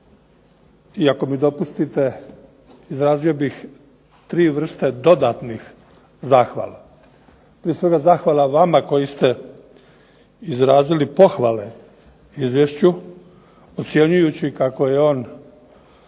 i ako mi dopustite izrazio bih tri vrste dodatnih zahvala. Prije svega zahvala vama koji ste izrazili pohvale izvješću ocjenjujući kako je on